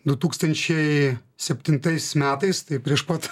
du tūkstančiai septintais metais taip prieš pat